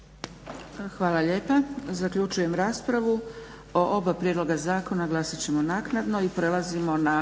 Hvala lijepa. Zaključujem raspravu o oba prijedloga zakona glasat ćemo naknadno. **Leko,